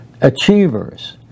achievers